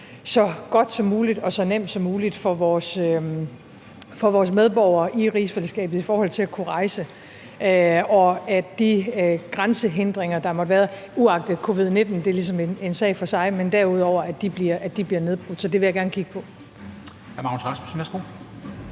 så godt som muligt og så nemt som muligt for vores medborgere i rigsfællesskabet i forhold til at kunne rejse, og at de grænsehindringer, der måtte være – ud over i forbindelse med covid-19, for det er ligesom en sag for sig – bliver nedbrudt. Så det vil jeg gerne kigge på.